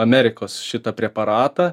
amerikos šitą preparatą